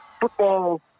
Football